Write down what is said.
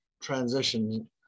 transition